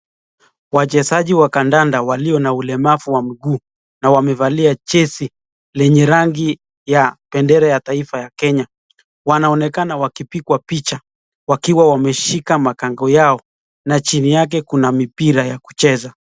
Wachezaji wa kandanda walio na ulemavu wa mguu na wamevalia jezi lenye rangi ya bendera ya taifa ya kenya, wanaonekana wakipigwa picha wakiwa wameshika makongo yao na chini yake kuna mipira ya kucheza.